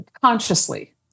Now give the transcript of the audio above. consciously